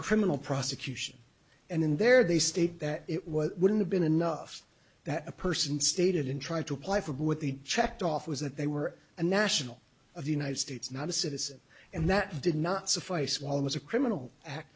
criminal prosecution and in there they state that it was wouldn't have been enough that a person stated in trying to apply for both the checked off was that they were a national of the united states not a citizen and that did not suffice was a criminal act